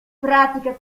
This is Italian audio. pratica